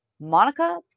Monica